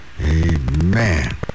Amen